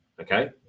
okay